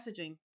messaging